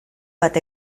bat